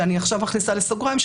ואני עכשיו מכניסה לסוגריים,